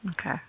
okay